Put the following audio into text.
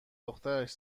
دخترش